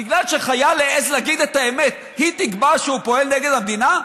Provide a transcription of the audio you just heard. בגלל שחייל העז להגיד את האמת היא תקבע שהוא פועל נגד המדינה?